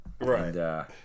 Right